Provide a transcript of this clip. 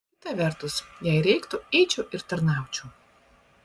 kita vertus jei reiktų eičiau ir tarnaučiau